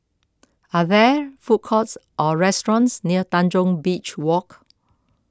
are there food courts or restaurants near Tanjong Beach Walk